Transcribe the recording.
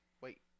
Wait